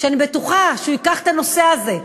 ואני בטוחה שהוא ייקח את הנושא הזה.